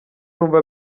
numva